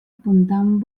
apuntant